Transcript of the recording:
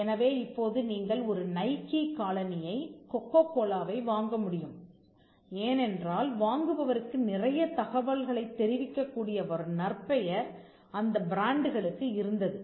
எனவே இப்போது நீங்கள் ஒரு நைகீ காலணியை கொக்கோகோலாவை வாங்க முடியும் ஏனென்றால் வாங்குபவருக்கு நிறைய தகவல்களை தெரிவிக்கக்கூடிய ஒரு நற்பெயர் அந்த பிராண்டுகளுக்கு இருந்தது